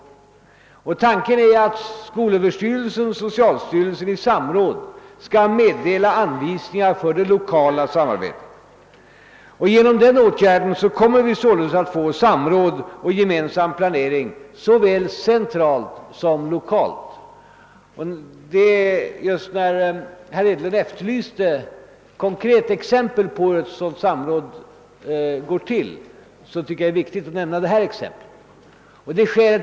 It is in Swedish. Avsikten är att skolöverstyrelsen, socialstyrelsen och rikspolisstyrelsen i samråd skall meddela anvisningar för det lokala samarbetet. Genom den åtgärden kommer vi således att få samråd och gemensam planering såväl centralt som lokalt. Eftersom herr Hedlund efterlyser konkreta exempel på hur ett sådant samråd går till, anser jag det viktigt att nämna detta.